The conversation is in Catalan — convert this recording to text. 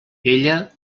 ella